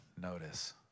notice